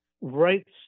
rights